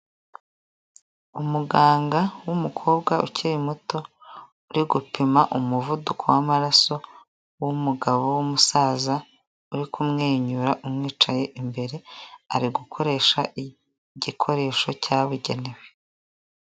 Umuganga wumukobwa ukiri muto uri gupima umuvuduko w'amaraso w'umugabo wumusaza uri kumwenyura umwicaye imbere ari gukoresha igikoresho cyabugenewe.